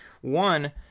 One